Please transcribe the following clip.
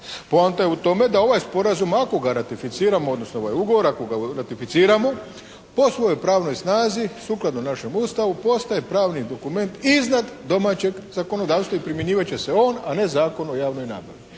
Poanta je u tome da ovaj sporazum ako ga ratificiramo, odnosno ovaj ugovor ako ga ratificiramo po svojoj pravnoj snazi sukladno našem Ustavu postaje pravni dokument iznad domaćeg zakonodavstva i primjenjivat će se on, a ne Zakon o javnoj nabavi.